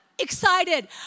excited